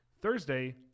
Thursday